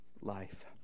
life